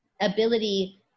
ability